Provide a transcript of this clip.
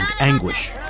anguish